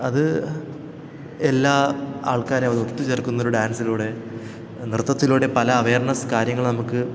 അത് എല്ലാ ആൾക്കാരെ ഒത്ത് ചേർക്കുന്നൊരു ഡാൻസിലൂടെ നൃത്തത്തിലൂടെ പല അവേയ്ർനസ്സ് കാര്യങ്ങള് നമുക്ക്